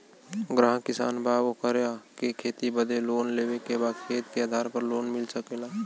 ग्राहक किसान बा ओकरा के खेती बदे लोन लेवे के बा खेत के आधार पर लोन मिल सके ला?